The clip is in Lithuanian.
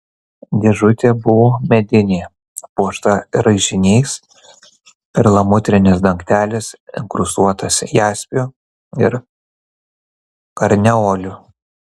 dėžutė buvo medinė puošta raižiniais perlamutrinis dangtelis inkrustuotas jaspiu ir karneoliu